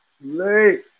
late